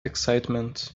excitement